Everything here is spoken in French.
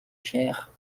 gers